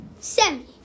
Sammy